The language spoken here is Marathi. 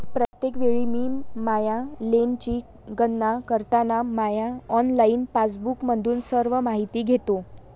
प्रत्येक वेळी मी माझ्या लेनची गणना करताना माझ्या ऑनलाइन पासबुकमधून सर्व माहिती घेतो